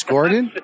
Gordon